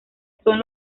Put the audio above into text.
son